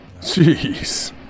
Jeez